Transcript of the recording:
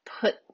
put